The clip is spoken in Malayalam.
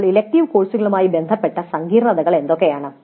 ഇപ്പോൾ ഇലക്ടീവ് കോഴ്സുകളുമായി ബന്ധപ്പെട്ട സങ്കീർണ്ണതകൾ എന്തൊക്കെയാണ്